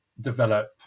develop